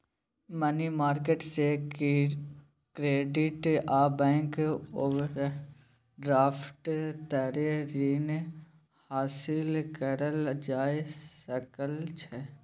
money market से credit आ bank overdraft तरे रीन हासिल करल जा सकइ छइ